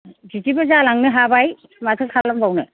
बिदिबो जालांनो हाबाय माथो खालामबावनो